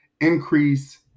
increase